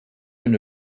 une